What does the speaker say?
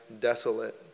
desolate